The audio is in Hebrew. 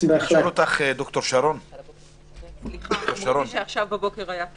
אומרים לי שהיום בבוקר כן היה.